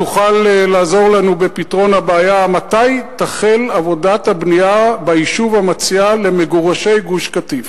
תוכל לעזור לנו בפתרון הבעיה מתי תחל עבודת הבנייה למגורשי גוש-קטיף